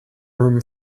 room